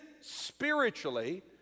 spiritually